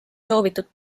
soovitud